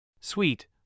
Sweet